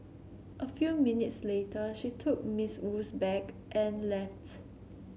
a few minutes later she took Miss Wu's bag and left